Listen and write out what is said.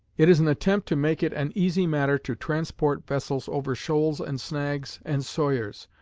it is an attempt to make it an easy matter to transport vessels over shoals and snags and sawyers.